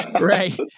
right